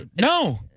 No